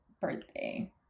birthday